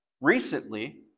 recently